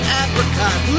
apricot